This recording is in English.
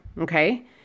Okay